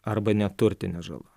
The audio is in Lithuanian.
arba neturtinė žala